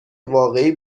واقعی